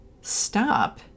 stop